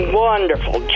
wonderful